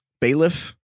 Bailiff